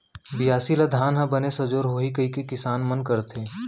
बियासी ल धान ह बने सजोर होही कइके किसान मन करथे